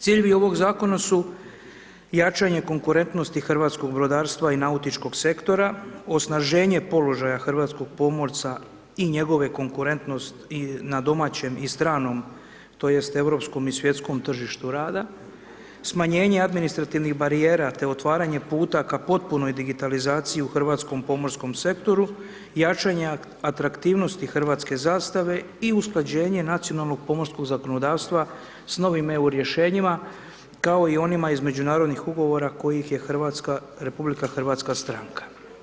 Ciljevi ovog zakona su jačanje konkurentnosti hrvatskog brodarstva i nautičkog sektora, osnaženje položaja hrvatskog pomorca i njegove konkurentnost na domaćem i stranom tj. europskom i svjetskom tržištu rada, smanjenje administrativnih barijera te otvaranje puta ka potpunoj digitalizaciji u hrvatskom pomorskom sektoru, jačanja atraktivnosti hrvatske zastave i usklađenje nacionalnog pomorskog zakonodavstva s novim EU rješenjima kao i onima iz međunarodnih ugovora kojih je Hrvatska, RH stranka.